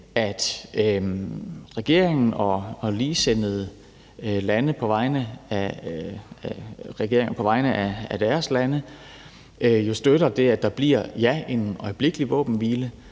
at regeringen og ligesindede regeringer på vegne af deres lande støtter det, at der bliver, ja, en øjeblikkelig våbenhvile,